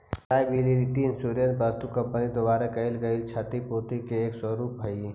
liability insurance वस्तु company द्वारा प्रदान कैइल गेल क्षतिपूर्ति के एक स्वरूप हई